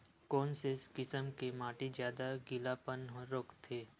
कोन से किसम के माटी ज्यादा गीलापन रोकथे?